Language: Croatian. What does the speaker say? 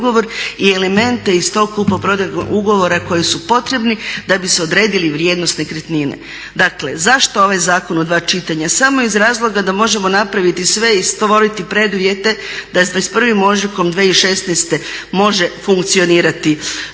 i elemente iz tog kupoprodajnog ugovora koji su potrebni da bi se odredili vrijednost nekretnine. Dakle zašto ovaj zakon u dva čitanja? Samo iz razloga da možemo napraviti sve i stvoriti preduvjete da s 21. ožujkom 2016. može funkcionirati.